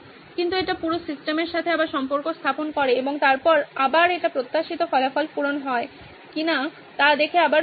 কিন্তু এটি পুরো সিস্টেমের সাথে আবার সম্পর্ক স্থাপন করে এবং তারপর আবার এটি প্রত্যাশিত ফলাফল পূরণ হয় কি না তা দেখে আবার ফিরে আসে